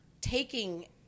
taking